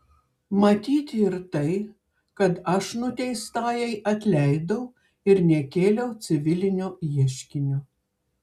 matyti ir tai kad aš nuteistajai atleidau ir nekėliau civilinio ieškinio